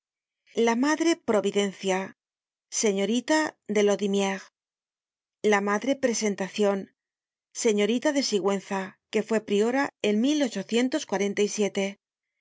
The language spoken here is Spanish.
la madre providencia señorita de laudimiére la madre presentacion señorita de sigüenza que fue priora en